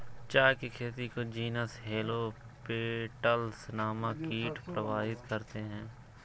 चाय की खेती को जीनस हेलो पेटल्स नामक कीट प्रभावित करते हैं